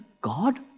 God